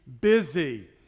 busy